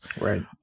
Right